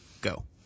go